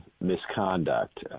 misconduct